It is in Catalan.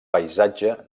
paisatge